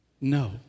no